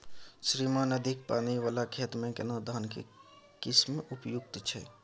श्रीमान अधिक पानी वाला खेत में केना धान के किस्म उपयुक्त छैय?